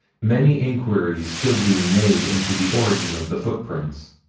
many inquiries still being made into the origin of the footprints,